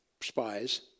spies